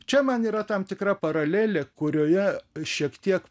čia man yra tam tikra paralelė kurioje šiek tiek